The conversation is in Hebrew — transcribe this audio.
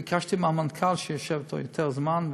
ביקשתי מהמנכ"ל שישב יותר זמן,